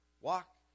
Walk